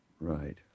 Right